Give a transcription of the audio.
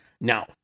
Now